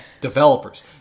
Developers